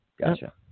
Gotcha